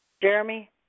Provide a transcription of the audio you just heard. Jeremy